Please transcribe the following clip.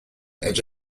edge